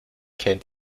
kennt